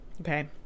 Okay